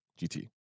GT